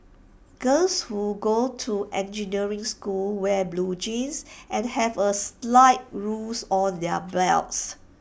girls who go to engineering school wear blue jeans and have A slide rule on their belts